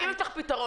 האם יש לך פתרון?